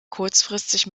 kurzfristig